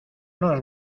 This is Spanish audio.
nos